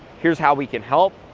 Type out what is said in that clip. here's how we can help,